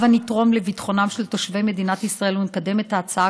הבה נתרום לביטחונם של תושבי מדינת ישראל ונקדם את ההצעה,